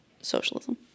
Socialism